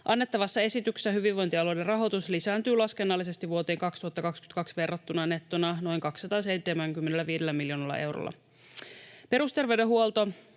Annettavassa esityksessä hyvinvointialueiden rahoitus lisääntyy laskennallisesti vuoteen 2022 verrattuna nettona noin 275 miljoonalla eurolla. Perusterveydenhuollon